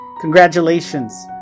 Congratulations